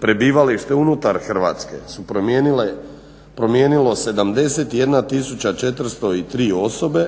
prebivalište unutar Hrvatske su promijenilo 71403 osobe